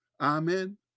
Amen